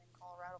Colorado